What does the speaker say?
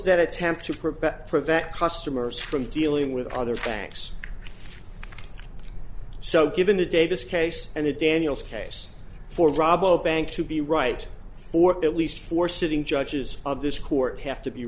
that attempt to prevent customers from dealing with other banks so given the davis case and the daniels case for rabobank to be right for at least four sitting judges